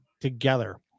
together